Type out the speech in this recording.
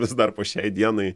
vis dar po šiai dienai